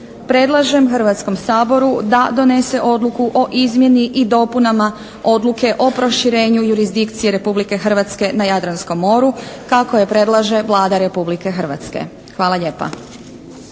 Predlažem Hrvatskom saboru da donese odluku o izmjeni i dopunama Odluke o proširenju jurisdikcije Republike Hrvatske na Jadranskom moru kako je predlaže Vlada Republike Hrvatske. Hvala lijepa.